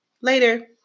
Later